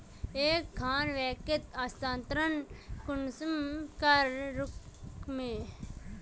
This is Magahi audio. एक खान बैंकोत स्थानंतरण कुंसम करे करूम?